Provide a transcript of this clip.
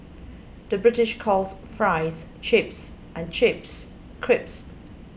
the British calls Fries Chips and Chips Crisps